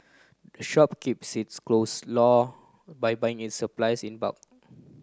the shop keeps its clothe low by buying its supplies in bulk